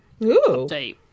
update